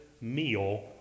meal